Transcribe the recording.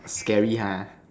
scary ha